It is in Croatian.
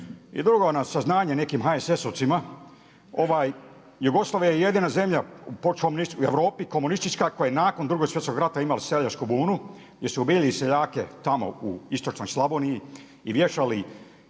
I drugo, na saznanje nekim HSS-ovcima Jugoslavija je jedina zemlja u Europi komunistička koja je nakon Drugog svjetskog rata imala seljačku bunu, gdje su ubijali seljake tamo u istočnoj Slavoniji i vješali